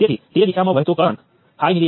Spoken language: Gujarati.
હવે ચાલો બીજા ફેરફાર જોઈએ